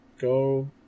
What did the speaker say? go